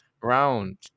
round